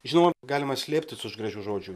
žinoma galima slėptis už gražių žodžių